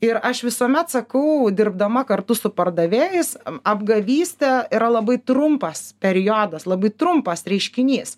ir aš visuomet sakau dirbdama kartu su pardavėjais apgavystė yra labai trumpas periodas labai trumpas reiškinys